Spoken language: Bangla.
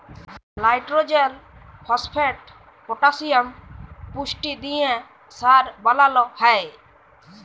লাইট্রজেল, ফসফেট, পটাসিয়াম পুষ্টি দিঁয়ে সার বালাল হ্যয়